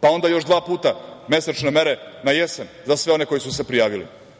pa onda još dva puta mesečne mere na jesen za sve one koji su se prijavili? Jel